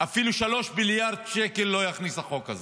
שאפילו 3 מיליארד שקל לא יכניס החוק הזה.